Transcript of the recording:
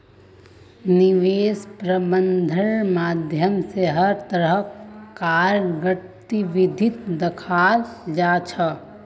निवेश प्रबन्धनेर माध्यम स हर तरह कार गतिविधिक दखाल जा छ